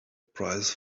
price